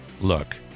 look